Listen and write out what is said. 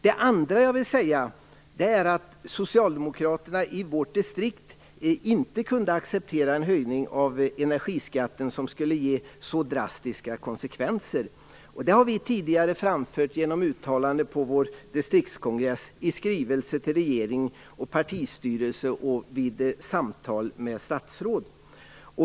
Det andra jag vill säga är att socialdemokraterna i vårt distrikt inte kunde acceptera en höjning av energiskatten som skulle ge så drastiska konsekvenser. Det har vi tidigare framfört genom uttalande på vår distriktskongress, i skrivelse till regeringen och partistyrelse och vid samtal med statsråd.